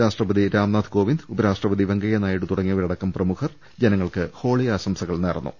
രാഷ്ട്രപതി രാംനാഥ്കോവി ന്ദ് ഉപരാഷ്ട്രപതി വെങ്കയ്യ നായിഡു തുടങ്ങിയവരടക്കം പ്രമുഖർ ജന ങ്ങൾക്ക് ഹോളി ആശംസകൾ നേർന്നു